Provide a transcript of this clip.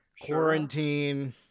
Quarantine